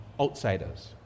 outsiders